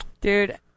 Dude